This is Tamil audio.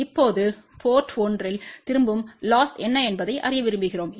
இப்போது போர்ட் 1 இல் திரும்பும் லொஸ் என்ன என்பதை அறிய விரும்புகிறோம்